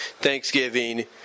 Thanksgiving